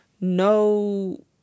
no